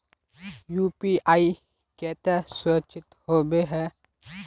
UPI केते सुरक्षित होबे है?